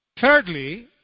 Thirdly